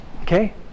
Okay